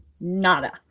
nada